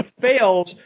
fails